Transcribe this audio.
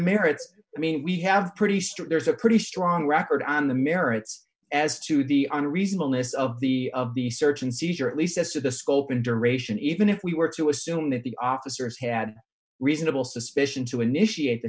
merits i mean we have pretty strong there's a pretty strong record on the merits as to the on a reasonable list of the of the search and seizure at least as to the scope and duration even if we were to assume that the officers had reasonable suspicion to initiate the